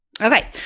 Okay